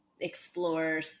explore